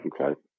Okay